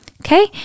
Okay